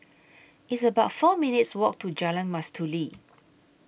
It's about four minutes' Walk to Jalan Mastuli